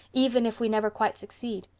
even if we never quite succeed.